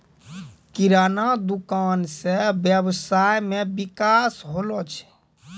किराना दुकान से वेवसाय मे विकास होलो छै